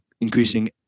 increasing